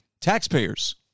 Taxpayers